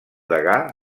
degà